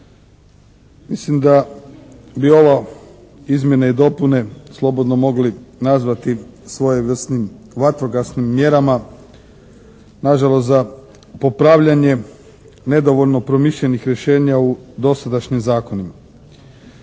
Mislim da bi ove izmjene i dopune slobodno mogli nazvati svojevrsnim vatrogasnim mjerama nažalost za popravljanje nedovoljno promišljenih rješenja u dosadašnjim zakonima.